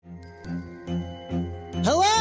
Hello